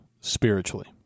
spiritually